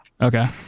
Okay